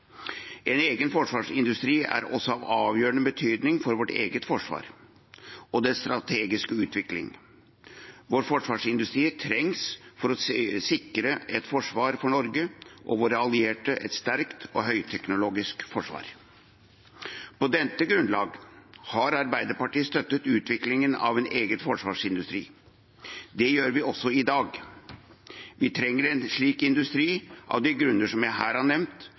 En egen forsvarsindustri er også av avgjørende betydning for vårt eget forsvar og dets strategiske utvikling. Vår forsvarsindustri trengs for å sikre Norge og våre allierte et sterkt og høyteknologisk forsvar. På dette grunnlag har Arbeiderpartiet støttet utviklingen av en egen forsvarsindustri. Det gjør vi også i dag. Vi trenger en slik industri av de grunner som jeg her har nevnt,